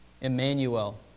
Emmanuel